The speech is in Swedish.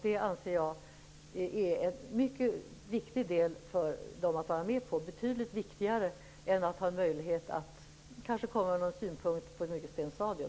Det anser jag är en mycket viktig del för dem att vara med i, betydligt viktigare än att ha möjlighet att kanske komma med någon synpunkt på ett mycket sent stadium.